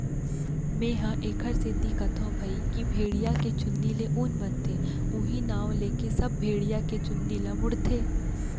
मेंहा एखरे सेती कथौं भई की भेड़िया के चुंदी ले ऊन बनथे उहीं नांव लेके सब भेड़िया के चुंदी ल मुड़थे